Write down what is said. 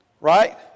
Right